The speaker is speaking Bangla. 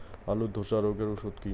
আলুর ধসা রোগের ওষুধ কি?